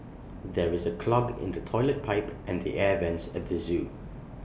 there is A clog in the Toilet Pipe and the air Vents at the Zoo